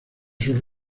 sus